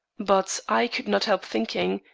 but i could not help thinking,